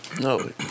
No